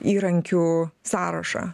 įrankių sąrašą